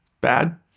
bad